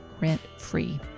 rent-free